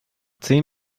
zehn